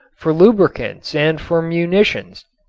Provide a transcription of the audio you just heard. for lubricants and for munitions.